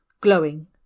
glowing